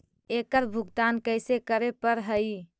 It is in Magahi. एकड़ भुगतान कैसे करे पड़हई?